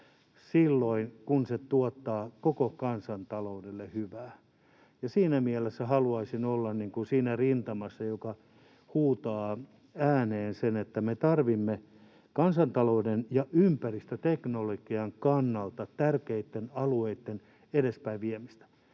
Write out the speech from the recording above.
silloin, kun se tuottaa koko kansantaloudelle hyvää. Siinä mielessä haluaisin olla siinä rintamassa, joka huutaa ääneen, että me tarvitsemme kansantalouden ja ympäristöteknologian kannalta tärkeitten alueitten edespäinviemistä.